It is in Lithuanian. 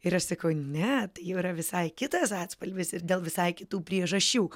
ir aš sakau ne tai jau yra visai kitas atspalvis ir dėl visai kitų priežasčių